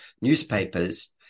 newspapers